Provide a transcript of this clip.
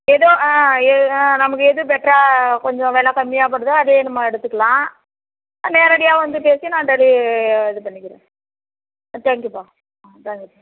ஏதோ ஆ ஏ ஆ நமக்கு எது பெட்ராக கொஞ்சம் வில கம்மியாக படுதோ அதே நம்ம எடுத்துக்கலாம் நேரடியாகவும் வந்து பேசி நான் டெலி இது பண்ணிக்கிறேன் ஸ் தேங்க்யூப்பா ஆ தேங்க்யூப்பா